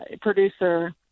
producer